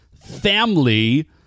family